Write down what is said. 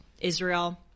Israel